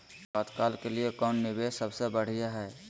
आपातकाल के लिए कौन निवेस सबसे बढ़िया है?